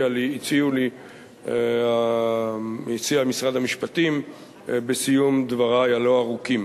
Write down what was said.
שהציע משרד המשפטים בסיום דברי הלא-ארוכים.